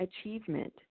achievement